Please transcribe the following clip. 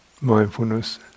mindfulness